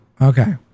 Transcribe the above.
Okay